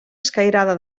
escairada